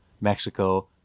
Mexico